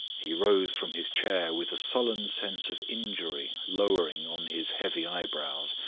he rose from his chair with a sullen sense of injury lowering on his heavy eyebrows,